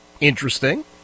Interesting